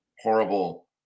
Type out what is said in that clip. horrible